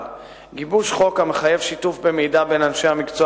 על גיבוש חוק המחייב שיתוף במידע בין אנשי המקצוע